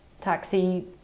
taxi